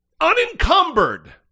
Unencumbered